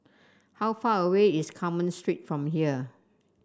how far away is Carmen Street from here